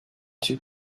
two